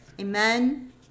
Amen